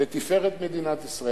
לתפארת מדינת ישראל.